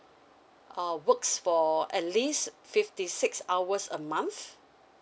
uh works for at least fifty six hours a month